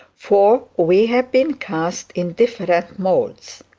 for we have been cast in different moulds.